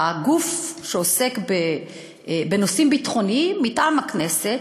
הגוף שעוסק בנושאים ביטחוניים מטעם הכנסת.